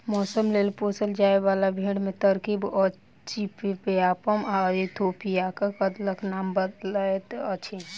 मौसक लेल पोसल जाय बाला भेंड़ मे टर्कीक अचिपयाम आ इथोपियाक अदलक नाम अबैत अछि